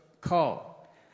call